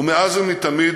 ומאז ומתמיד